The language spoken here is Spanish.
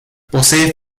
posee